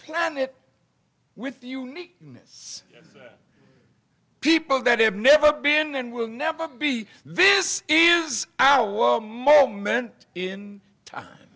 planet with uniqueness people that have never been and will never be this is our moment in time